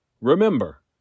Remember